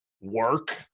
work